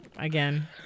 again